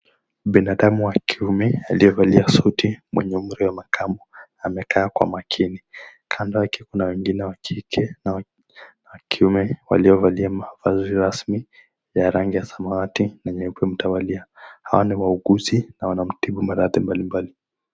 Binadamu wa kiume aliyevalia suti mwenye umri wa makamu amekaa kwa makini, kando yake kuna wengine wa kike, na wa kiume walio valia mavazi rasmi ya rangi ya samawati, yenye kumtawalia, hawa ni wauguzi, wanamtibu maradhi mbali mbali.